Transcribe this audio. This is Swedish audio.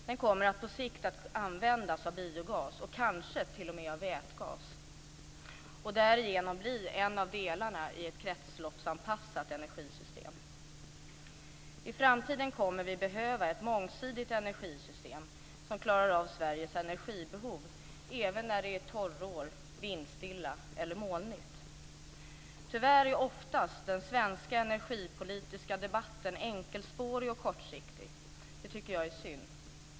Den kommer på sikt att användas för biogas och kanske t.o.m. för vätgas och därigenom bli en av delarna i ett kretsloppsanpassat energisystem. I framtiden kommer vi att behöva ett mångsidigt energisystem som klarar av Sveriges energibehov även när det är torrår, vindstilla eller molnigt. Tyvärr är oftast den svenska energipolitiska debatten enkelspårig och kortsiktig. Det tycker jag är synd.